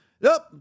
Nope